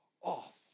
off